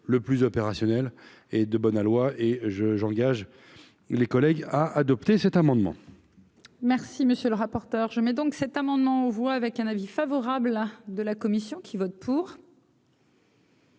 le plus opérationnel et de bon aloi et je j'engage les collègues à adopter cet amendement. Merci, monsieur le rapporteur, je mets donc cet amendement voit avec un avis favorable de la commission qui vote pour.